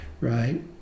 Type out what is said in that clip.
right